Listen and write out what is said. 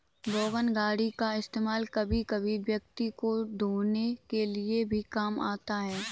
wagon गाड़ी का इस्तेमाल कभी कभी व्यक्ति को ढ़ोने के लिए भी काम आता है